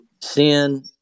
sin